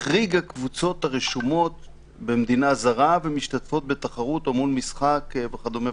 החריגה קבוצות הרשומות במדינה זרה ומשתתפות בתחרות או מול משחק וכדומה.